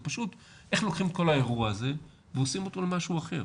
זה פשוט איך לוקחים את כל האירוע הזה ועושים אותו למשהו אחר.